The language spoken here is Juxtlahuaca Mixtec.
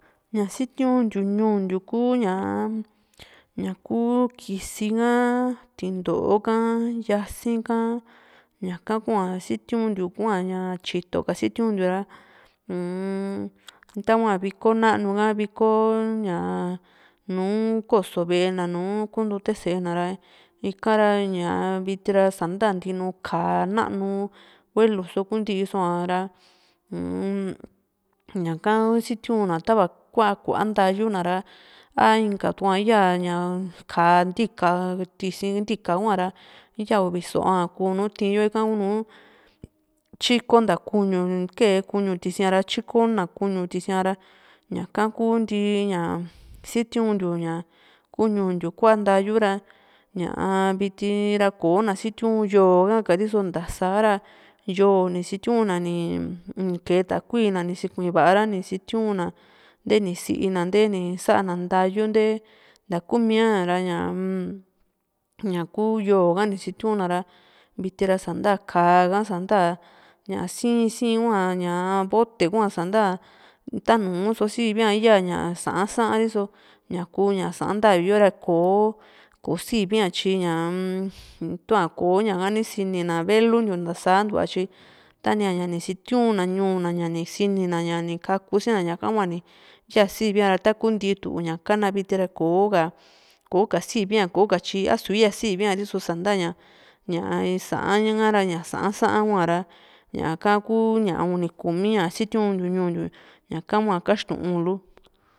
ñaa sitiuntiu ñuu ntiu ku´ña ñaku kisi ha, tinto´o ha, yasi´n ka, ñaka hua sitiuntiu hua ña tyito ka sitiuntiu ra u´un tahua viko nanu ka vikoo nùù ko´so ve´e na, nùù kuntute sée na´ra ikara ñaa viti ra sa´nta ntinu káa nanu huelu so kunti kutu soa ra uun ñaka sitiu na tava kua ku´aa ntayuna ra a inka tua yaa ña káa ntika káa tisi ntika huara iyaa uvi so´o nu tii´yo ika kunuu tyikonta kuñu kee kuñu tisia ra tyikona kuñu tisia ra ña´ka kuntiaa sitiuntiu kuu ñuu ntiu kua´a ntayuu ra ñaa viti ra ko´na sitiun yóo ha kariso ntasa ra yóo ni sitiuna ni kee takui na ni sikui va´a ra ni sitiuna ntee ni si´na nte ni sa´na ntayu nte nta kumiara ñaa ña´ku yóo ha ni sitiuna ra viti ra sa´nta káa ha sa´nta ña sii´n sii´n hua ña vote kua sa´nta tanu so sivi a ya ñaa Sa'an saa riso ñaku ña Sa'an ntavi yora kò´o sivia tyi ñaa tua ko´ña ka ni sinina velu ntiu ntasantua tyi tania ñaa ni sitiuna ññu na ña ni sini na ña ni kaku siina ñaka hua ya sivi a´ra taku ntitu ña kana viti ra kò´o ka sivi a kò´o ka tyi asu ya sivi a so sa´nta ñaa Sa'an hará Sa'an saa huara ñaka ku´ña uni kumi a sitiun tiu ñuu ntiu ña´ka hua kaxtuu´n lu